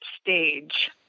stage